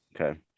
Okay